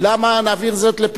למה זאת לפתחו?